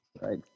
right